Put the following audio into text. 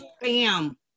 bam